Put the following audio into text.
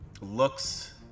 looks